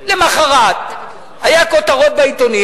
למחרת היו כותרות בעיתונים,